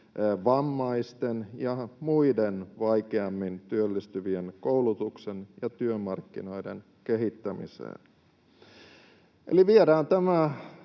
vammaisten ja muiden vaikeammin työllistyvien, koulutuksen ja työmarkkinoiden kehittämiseen. Eli viedään tämä